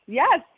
yes